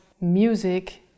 music